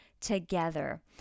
together